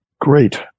Great